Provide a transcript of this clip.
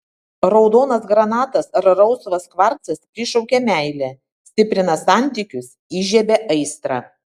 raudonas granatas ar rausvas kvarcas prišaukia meilę stiprina santykius įžiebia aistrą